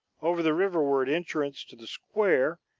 over the riverward entrance to the square,